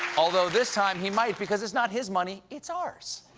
although, this time he might because it's not his money. it's ours.